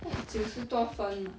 like 九十多分啊